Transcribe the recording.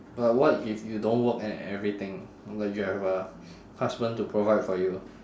but what if you don't work and everything but you have a husband to provide for you